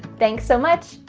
thanks so much,